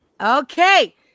Okay